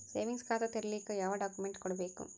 Savings ಖಾತಾ ತೇರಿಲಿಕ ಯಾವ ಡಾಕ್ಯುಮೆಂಟ್ ಕೊಡಬೇಕು?